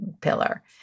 pillar